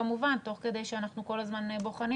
כמובן תוך כדי שאנחנו כל הזמן בוחנים